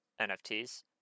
NFTs